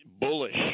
bullish